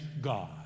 God